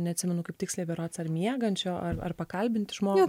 neatsimenu kaip tiksliai berods ar miegančio ar ar pakalbinti žmogų